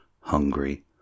hungry